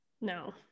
No